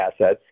assets